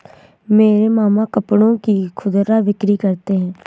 मेरे मामा कपड़ों की खुदरा बिक्री करते हैं